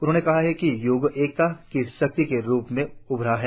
उन्होंने कहा कि योग एकता की शक्ति के रूप में उभरा है